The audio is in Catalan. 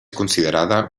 considerada